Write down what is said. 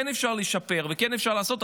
כן אפשר לשפר וכן אפשר לעשות,